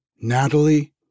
Natalie